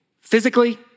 physically